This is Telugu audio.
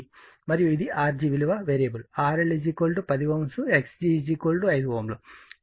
మరియు ఇది Rg విలువ వేరియబుల్ RL 10 Ω Xg 5Ω